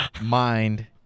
mind